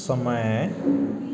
समय